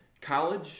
college